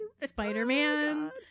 spider-man